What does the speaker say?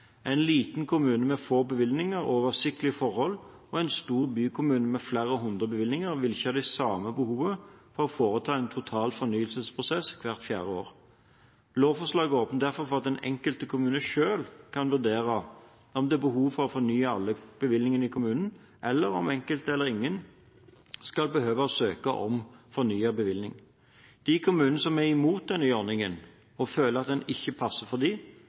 En liten kommune med få bevillinger og oversiktlige forhold og en stor bykommune med flere hundre bevillinger vil ikke ha samme behov for å foreta en total fornyelsesprosess hvert fjerde år. Lovforslaget åpner derfor for at den enkelte kommune selv kan vurdere om det er behov for å fornye alle bevillingene i kommunen, eller om enkelte eller ingen skal behøve å søke om fornyet bevilling. De kommunene som er imot den nye ordningen, og føler at den ikke passer for